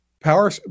power